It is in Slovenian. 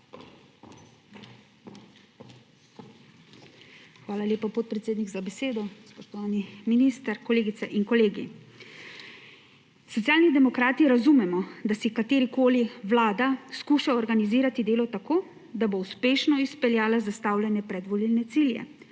Hvala lepa, podpredsednik, za besedo. Spoštovani minister, kolegice in kolegi! Socialni demokrati razumemo, da si katerikoli vlada skuša organizirati delo tako, da bo uspešno izpeljala zastavljene predvolilne cilje,